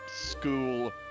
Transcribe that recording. school